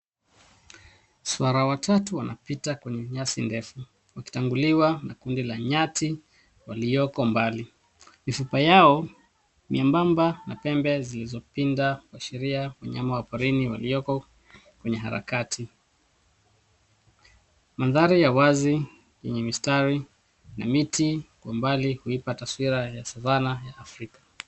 Swara watatu wanapita kwenye nyasi ndefu wakitanguliwa na kundi la nyati walioko mbali. Mifupa yao ni nyembamba na pembe zilizopinda kuashiria wanyama wa porini walioko kwenye harakati. Mandhari ya wazi yenye mistari na miti kwa mbali huipa taswira ya savana ya Afrika.